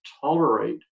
tolerate